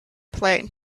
plane